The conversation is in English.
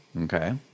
okay